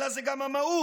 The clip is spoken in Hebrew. אלא זו גם המהות.